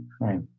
Right